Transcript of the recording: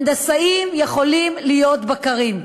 הנדסאים יכולים להיות בקרים.